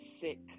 sick